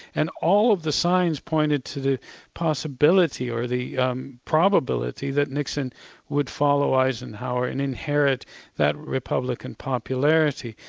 and all of the signs pointed to the possibility or the um probability that nixon would follow eisenhower and inherit that republican popularity.